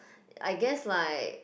I guess like